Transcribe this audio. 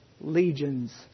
legions